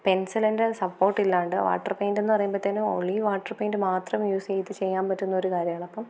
പെൻസിലിൻ്റെ support ഇല്ലാണ്ട് water paint എന്ന് പറയുമ്പൊത്തേനും ഓൺലി വാട്ടർ പെയിന്റ് മാത്രം യൂസ് ചെയ്ത് ചെയ്യാൻ പറ്റുന്ന ഒരു കാര്യമാണ് അപ്പം